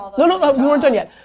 although no, no. we weren't done yet.